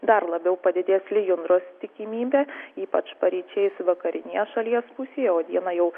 dar labiau padidės lijundros tikimybė ypač paryčiais vakarinėje šalies pusėje o dieną jau